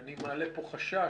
ואני מעלה פה חשש,